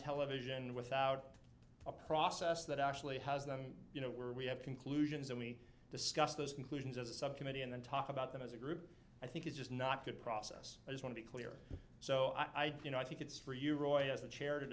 television without a process that actually has them you know we have conclusions and we discuss those conclusions as a subcommittee and then talk about them as a group i think is just not good process as one of the clear so i you know i think it's for you roy as the chair to